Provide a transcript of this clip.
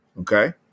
Okay